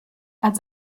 als